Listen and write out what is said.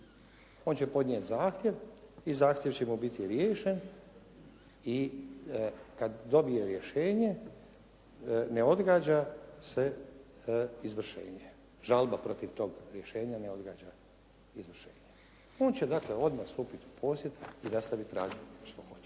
on će podnijeti zahtjev i zahtjev će mu biti riješen i kad dobije rješenje, ne odgađa se izvršenje. Žalba protiv tog rješenja ne odgađa izvršenje. On će dakle odmah stupiti u posjed i nastaviti raditi što hoće.